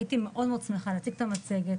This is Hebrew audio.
הייתי שמחה להציג את המצגת,